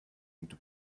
into